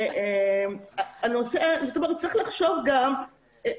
צריך לחשוב גם,